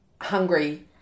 hungry